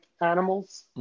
animals